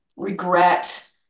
regret